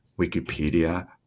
wikipedia